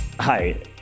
Hi